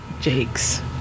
Jake's